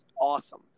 awesome